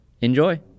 Enjoy